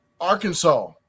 Arkansas